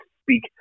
speak